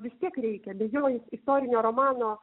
vis tiek reikia be jo jis istorinio romano